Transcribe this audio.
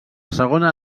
segona